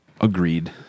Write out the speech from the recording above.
Agreed